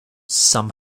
some